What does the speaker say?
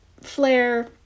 flare